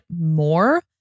more